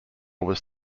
was